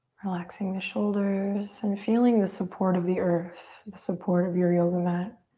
relaxing the shoulders and feeling the support of the earth, the support of your yoga mat